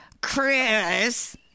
chris